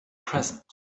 present